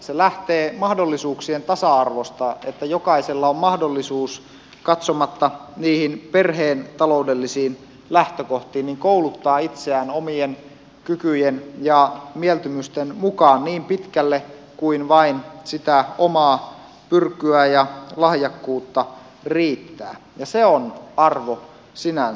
se lähtee mahdollisuuksien tasa arvosta että jokaisella on mahdollisuus katsomatta niihin perheen taloudellisiin lähtökohtiin kouluttaa itseään omien kykyjen ja mieltymysten mukaan niin pitkälle kuin vain sitä omaa pyrkyä ja lahjakkuutta riittää ja se on arvo sinänsä